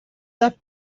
left